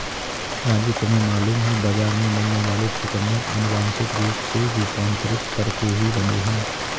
राजू तुम्हें मालूम है बाजार में मिलने वाले चुकंदर अनुवांशिक रूप से रूपांतरित करके ही बने हैं